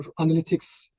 analytics